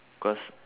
cause